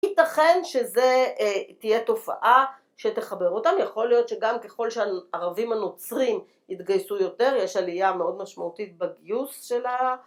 ייתכן שזה תהיה תופעה שתחבר אותם, יכול להיות שגם ככל שערבים הנוצרים יתגייסו יותר, יש עלייה מאוד משמעותית בגיוס של ה..